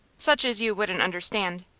such as you wouldn't understand.